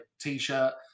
T-shirt